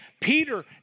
Peter